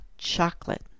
chocolate